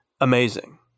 amazing